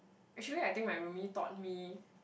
actually I think my roomie taught me